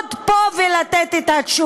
לעמוד פה ולתת את התשובה.